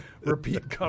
repeat